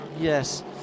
yes